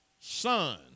son